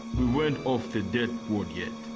we weren't off the dirt road yet.